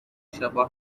شبا